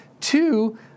Two